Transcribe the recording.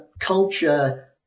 culture